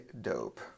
dope